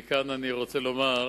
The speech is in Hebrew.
מכאן אני רוצה לומר,